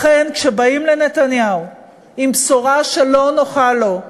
לכן, כשבאים לנתניהו עם בשורה שלא נוחה לו,